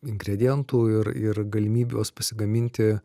ingredientų ir ir galimybės pasigaminti